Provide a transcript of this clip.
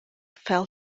fell